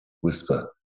whisper